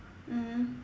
mmhmm